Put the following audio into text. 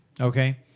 Okay